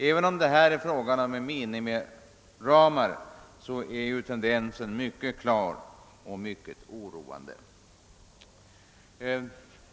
Även om det här är fråga om minimiramar måste tendensen anses vara klar och mycket oroande.